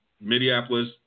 Minneapolis